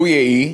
לו יהי,